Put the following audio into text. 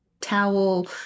towel